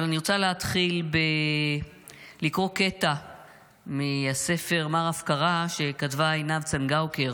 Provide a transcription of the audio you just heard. אבל אני רוצה להתחיל בלקרוא קטע מהספר "מר הפקרה" שכתבה עינב צנגאוקר,